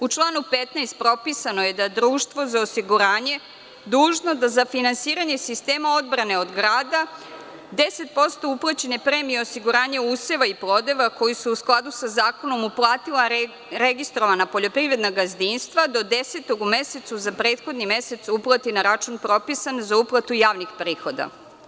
U članu 15. propisano je da je društvo za osiguranje dužno da za finansiranje sistema odbrane od grada 10% uplaćene premije osiguranja useva i plodova, koji su u skladu sa zakonom uplatila registrovana poljoprivredna gazdinstva, do desetog u mesecu za prethodni mesec uplate na račun propisan za uplatu javnih prihoda.